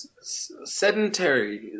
Sedentary